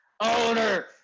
owner